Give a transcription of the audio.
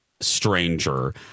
stranger